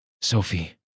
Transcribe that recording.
Sophie